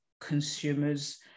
consumers